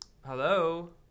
Hello